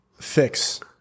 fix